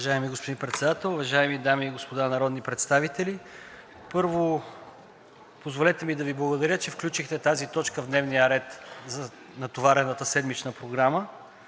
Уважаеми господин Председател, уважаеми дами и господа народни представители! Първо, позволете ми да Ви благодаря, че включихте тази точка в дневния ред на натоварената седмична програма.